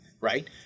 right